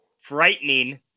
frightening